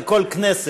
זה כל כנסת,